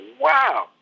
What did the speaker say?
wow